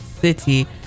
city